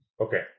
Okay